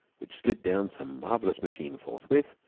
which slid down some marvellous machine forthwith,